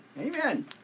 Amen